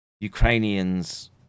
Ukrainians